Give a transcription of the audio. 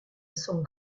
sont